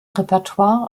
repertoire